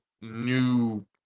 new